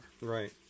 Right